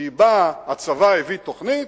הצבא הביא תוכנית,